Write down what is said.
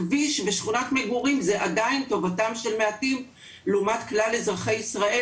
כביש ושכונת מגורים זה עדיין טובתם של מעטים לעומת כלל אזרחי ישראל,